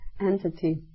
entity